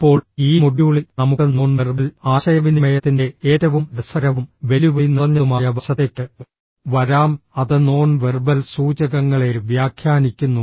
ഇപ്പോൾ ഈ മൊഡ്യൂളിൽ നമുക്ക് നോൺ വെർബൽ ആശയവിനിമയത്തിന്റെ ഏറ്റവും രസകരവും വെല്ലുവിളി നിറഞ്ഞതുമായ വശത്തേക്ക് വരാം അത് നോൺ വെർബൽ സൂചകങ്ങളെ വ്യാഖ്യാനിക്കുന്നു